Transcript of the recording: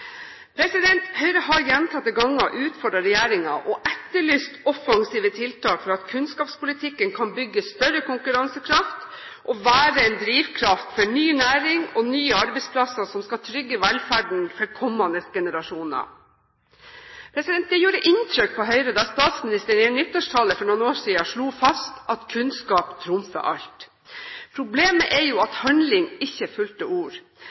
Høyre har gjentatte ganger utfordret regjeringen og etterlyst offensive tiltak for at kunnskapspolitikken kan bygge større konkurransekraft og være en drivkraft for ny næring og nye arbeidsplasser som skal trygge velferden for kommende generasjoner. Det gjorde inntrykk på Høyre da statsministeren i en nyttårstale for noen år siden slo fast: «Kunnskap trumfer alt.» Problemet er jo at handling ikke fulgte ord.